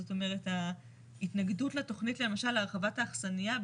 זאת אומרת ההתנגדות לתכנית למשל להרחבת האכסניה,